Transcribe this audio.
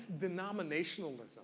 denominationalism